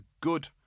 good